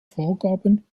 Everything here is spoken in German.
vorgaben